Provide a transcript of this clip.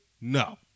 No